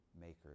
makers